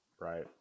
right